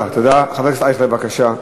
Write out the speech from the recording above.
חבר הכנסת אייכלר, בבקשה.